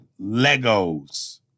Legos